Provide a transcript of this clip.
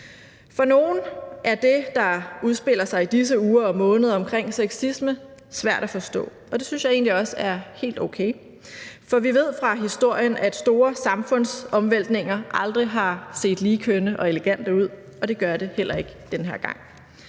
For nogle er det, der udspiller sig i disse uger og måneder i forhold til sexisme, svært at forstå. Og det synes jeg egentlig også er helt okay, for vi ved fra historien, at store samfundsomvæltninger ikke altid har set lige kønne og elegante ud, og det gør det heller ikke den her gang.